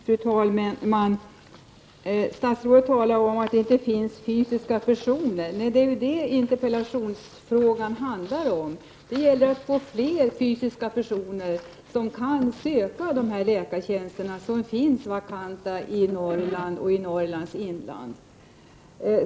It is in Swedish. Fru talman! Statsrådet säger att det inte finns tillräckligt med fysiska personer. Men det är ju vad interpellationen handlar om. Det gäller alltså att få fram fler fysiska personer som kan söka de vakanta läkartjänsterna i Norrland, även i Norrlands inland.